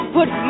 Put